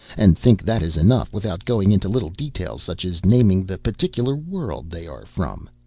and think that is enough without going into little details such as naming the particular world they are from.